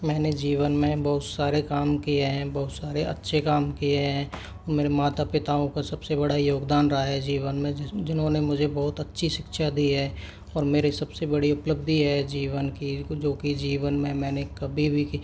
मैंने जीवन में बहुत सारे काम किए है बहुत सारे अच्छे काम किए है मेरे माता पिताओं का सबसे बड़ा योगदान रहा है जीवन में जिस जिन्होंने मुझे बहुत अच्छी शिक्षा दी है और मेरी सबसे बड़ी उपलब्धि ये है जीवन की जो कि जीवन में मैंने कभी भी की